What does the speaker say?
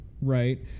Right